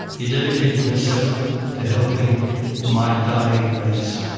he dedicated himself to helping my dying race.